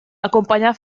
acompanyà